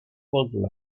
portland